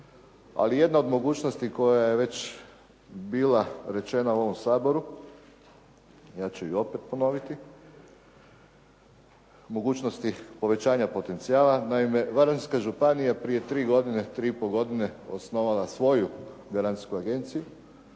Ali jedna od mogućnosti koja je već bila rečena u ovom Saboru, a ja ću je opet ponoviti, mogućnosti povećanja potencija. Naime Varaždinska županija je prije tri godine, tri i pol godine osnovala svoju garancijsku agenciju